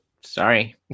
sorry